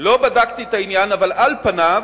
לא בדקתי את העניין, אבל על פניו